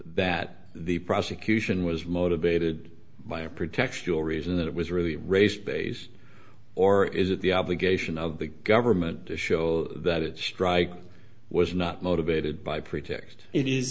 that the prosecution was motivated by a pretext or reason that it was really race based or is it the obligation of the government to show that it strike was not motivated by pretext i